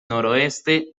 noroeste